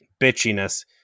bitchiness